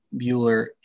Bueller